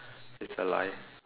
it's a lie